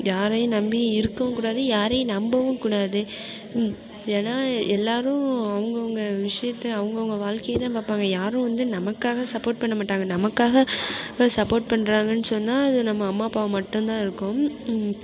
யாரையும் நம்பி இருக்கவும் கூடாது யாரையும் நம்பவும் கூடாது ஏன்னால் எல்லாேரும் அவங்கவுங்க விஷயத்தை அவங்கவுங்க வாழ்க்கையைதான் பார்ப்பாங்க யாரும் வந்து நமக்காக சப்போட் பண்ண மாட்டாங்க நமக்காக சப்போட் பண்ணுறாங்கன்னு சொன்னால் அது நம்ம அம்மா அப்பாவாக மட்டும்தான் இருக்கும்